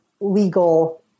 legal